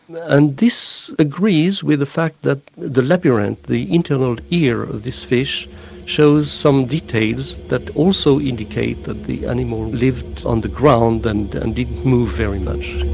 and this agrees with the fact that the labyrinth, the internal ear of this fish shows some details that also indicate that the animal lived on the ground and and didn't move very much.